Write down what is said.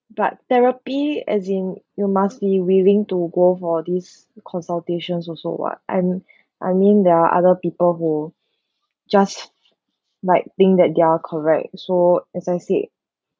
but therapy as in you must be willing to go for these consultations also what and I mean there are other people who just like think that they're correct so as I said